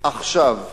עכשיו,